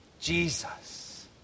Jesus